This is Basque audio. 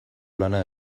lana